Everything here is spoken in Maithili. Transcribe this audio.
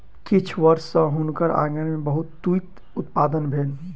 किछ वर्ष सॅ हुनकर आँगन में बहुत तूईत उत्पादन भेल